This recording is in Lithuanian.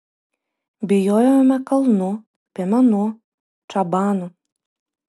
bijojome kalnų piemenų čabanų